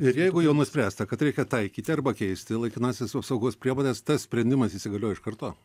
ir jeigu jau nuspręsta kad reikia taikyti arba keisti laikinąsias apsaugos priemones tas sprendimas įsigalioja iš karto